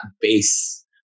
base